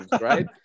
right